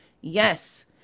Yes